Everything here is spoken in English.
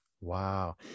Wow